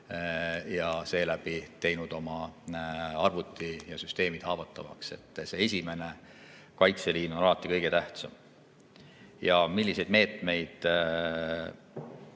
ja seeläbi teinud oma arvuti ja süsteemid haavatavaks. Esimene kaitseliin on alati kõige tähtsam. Milliseid meetmeid